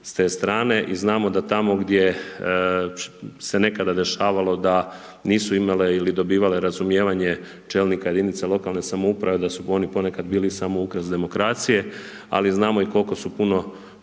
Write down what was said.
s te strane i znamo da tamo gdje se nekada dešavalo da nisu imale ili dobivale razumijevanje čelnika jedinica lokalne samouprave, da su oni ponekad bili samo ukras demokracije, ali znamo i koliko su puno